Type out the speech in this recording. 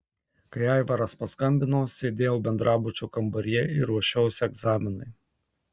kai aivaras paskambino sėdėjau bendrabučio kambaryje ir ruošiausi egzaminui